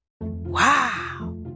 Wow